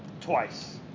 Twice